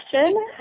question